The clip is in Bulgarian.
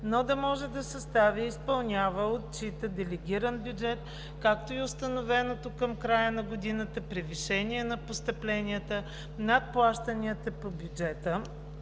но да може да съставя, изпълнява и отчита делегиран бюджет, както и установеното към края на годината превишение на постъпленията на плащанията по бюджета